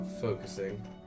focusing